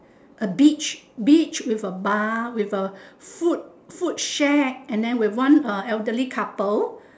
a beach beach with a bar with a food food shack and then with one uh elderly couple